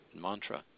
mantra